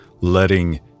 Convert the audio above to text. letting